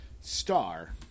star